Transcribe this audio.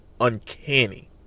Uncanny